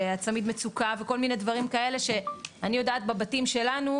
מצוקה וכל מיני דברים כאלה שאני יודעת בבתים שלנו,